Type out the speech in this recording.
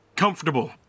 comfortable